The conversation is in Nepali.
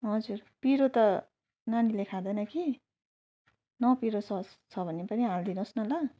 हजुर पिरो त नानीहरूले खाँदैन कि नपिरो सस छ भने पनि हालिदिनुहोस् न ल